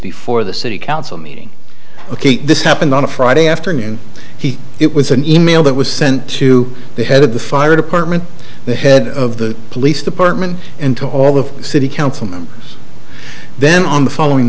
before the city council meeting ok this happened on a friday afternoon he it was an email that was sent to the head of the fire department the head of the police department and to all the city council members then on the following